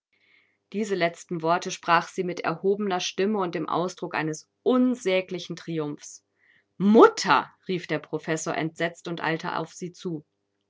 diese letzten worte sprach sie mit erhobener stimme und dem ausdruck eines unsäglichen triumphes mutter rief der professor entsetzt und eilte auf sie zu